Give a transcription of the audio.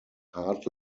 hard